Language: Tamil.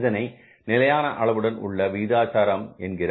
இதனை நிலையான அளவுடன் உள்ள விகிதாச்சாரம் என்கிற 2 4 4